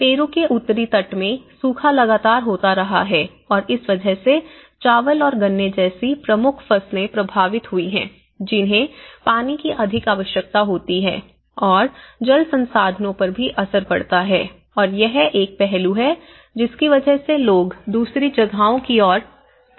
Peru के उत्तरी तट में सूखा लगातार होता रहा है और इस वजह से चावल और गन्ने जैसी प्रमुख फसलें प्रभावित हुई हैं जिन्हें पानी की अधिक आवश्यकता होती है और जल संसाधनों पर भी असर पड़ता है और यह एक पहलू है जिसकी वजह से लोग दूसरी जगहों की ओर पलायन करते हैं